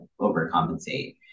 overcompensate